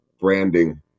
branding